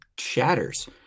Shatters